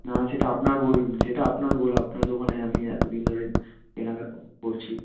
না সেটা আপনার ভুল সেটা আপনার ভুল আপনার দোকানে আমি এত দিন ধরে কেনাকাটা করছি